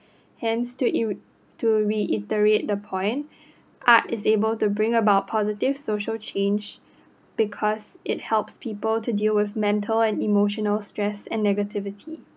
hence to ir~ to reiterate the point art is able to bring about positive social change because it helps people to deal with mental and emotional stress and negativity